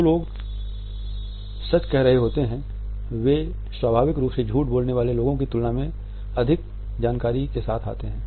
जो लोग सच कह रहे होते हैं वे स्वाभाविक रूप से झूठ बोलने वाले लोगों की तुलना में अधिक जानकारी के साथ आते हैं